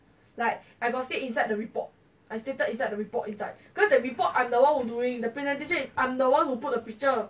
like I got sit inside the report I stated inside the report is like cause the report I'm the one who during the penalty I'm the one who put the picture